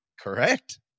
Correct